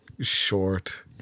short